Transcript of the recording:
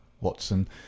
Watson